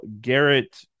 Garrett